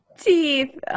Teeth